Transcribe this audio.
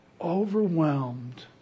overwhelmed